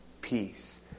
peace